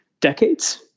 decades